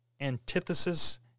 antithesis